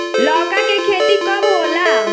लौका के खेती कब होला?